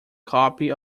copy